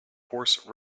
horse